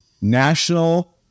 National